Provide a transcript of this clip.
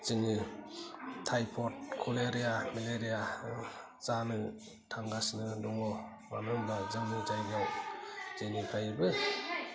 जोंनि typhoid cholera malaria जानो थांगासिनो दङ मानो होमब्ला जोंनि जायगायाव जेनिफ्रायबो